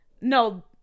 no